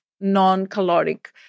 non-caloric